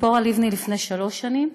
ציפורה לבני לפני שלוש שנים,